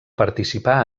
participar